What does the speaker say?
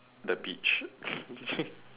the beach